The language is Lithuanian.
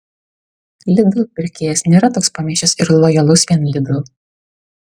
lidl pirkėjas nėra toks pamišęs ir lojalus vien lidl